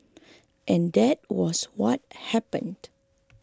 and that was what happened